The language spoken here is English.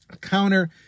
counter